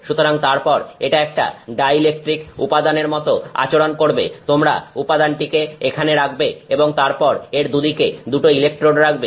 সুতরাং তারপর এটা একটা ডাই ইলেকট্রিক উপাদানের মতো আচরণ করবে তোমরা উপাদানটিকে এখানে রাখবে এবং তারপর এর দুদিকে দুটো ইলেকট্রোড রাখবে